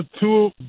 two